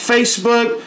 Facebook